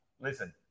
Listen